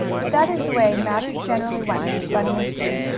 but that is the way matters generally went with bunny and sue.